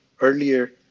earlier